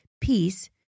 Peace